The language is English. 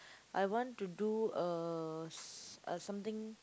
I want to do uh s~ uh something